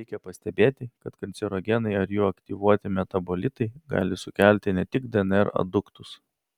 reikia pastebėti kad kancerogenai ar jų aktyvuoti metabolitai gali sukelti ne tik dnr aduktus